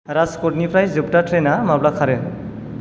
राजकटनिफ्राय जोब्था ट्रैना माब्ला खारो